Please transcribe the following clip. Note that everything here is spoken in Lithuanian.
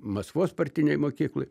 maskvos partinėj mokykloj